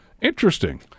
Interesting